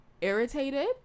irritated